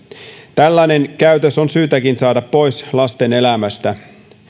tällainen käytös on syytäkin saada pois lasten elämästä